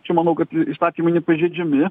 čia manau kad į įstatymai nepažeidžiami